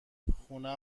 خونه